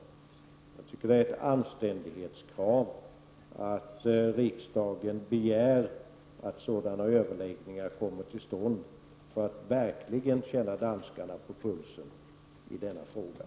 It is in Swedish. Jag tycker att det är ett anständighetskrav att riksdagen begär att sådana överläggningar kommer till stånd för att verkligen känna danskarna på pulsen i denna fråga.